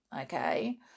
okay